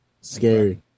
Scary